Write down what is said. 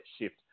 shift